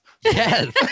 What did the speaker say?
Yes